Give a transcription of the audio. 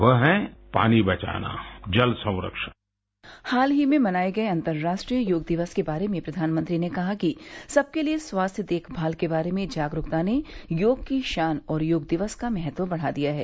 वो है पानी बचाना जल संरक्षण हाल ही में मनाए गए अंतर्राष्ट्रीय योग दिवस के बारे में प्रधानमंत्री ने कहा कि सबके लिए स्वास्थ्य देखभाल के बारे में जागरुकता ने योग की शान और योग दिवस का महत्व बढ़ा दिया है